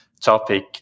topic